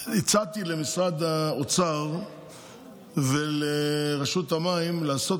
הצעתי למשרד האוצר ולרשות המים לעשות